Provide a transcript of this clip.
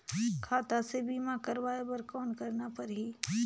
खाता से बीमा करवाय बर कौन करना परही?